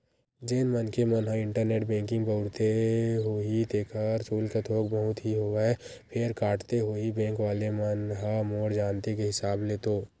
जेन मनखे मन ह इंटरनेट बेंकिग बउरत होही तेखर सुल्क थोक बहुत ही होवय फेर काटथे होही बेंक वले मन ह मोर जानती के हिसाब ले तो